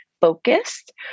focused